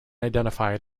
identified